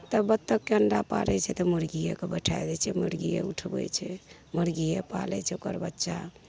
तऽ बत्तखके अण्डा पाड़ै छै तऽ मुरगिएके बैठै दै छै मुरगिए उठबै छै मुरगिए पालै छै ओकर बच्चा